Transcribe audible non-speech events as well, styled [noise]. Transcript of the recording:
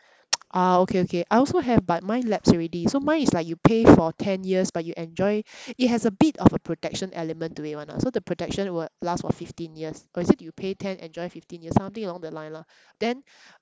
[noise] ah okay okay I also have but mine lapse already so mine is like you pay for ten years but you enjoy it has a bit of a protection element to it [one] lah so the production will last for fifteen years or is it you pay ten enjoy fifteen year something along that line lah then